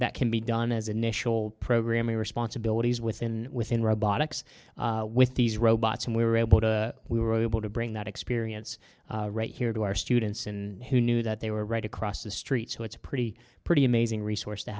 that can be done as initial programming responsibilities within within robotics with these robots and we were able to we were able to bring that experience right here to our students and who knew that they were right across the street so it's a pretty pretty amazing resource to